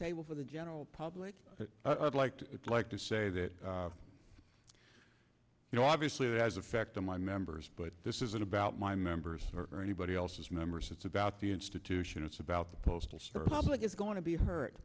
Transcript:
table for the general public i'd like to like to say that you know obviously it has affected my members but this isn't about my members or anybody else's members it's about the institution it's about the postal service obligates going to be h